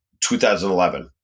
2011